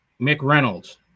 McReynolds